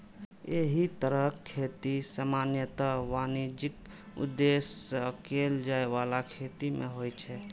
एहि तरहक खेती सामान्यतः वाणिज्यिक उद्देश्य सं कैल जाइ बला खेती मे होइ छै